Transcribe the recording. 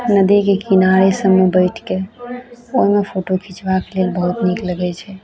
नदीके किनार एहि सबमे बैठके कोनो फोटो खिचबाक लेल बहुत नीक लगैत छै